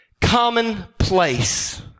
commonplace